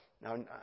Now